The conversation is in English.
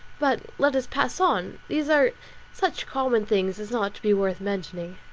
but let us pass on these are such common things as not to be worth mentioning.